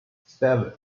seven